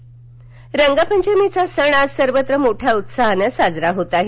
रापंचमी लातर रंगपंचमीचा सण आज सर्वत्र मोठ्या उत्साहानं साजरा होत आहे